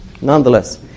Nonetheless